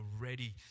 ready